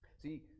See